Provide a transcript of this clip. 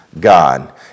God